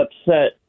upset